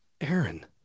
Aaron